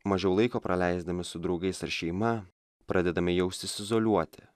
mažiau laiko praleisdami su draugais ar šeima pradedame jaustis izoliuoti